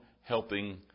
helping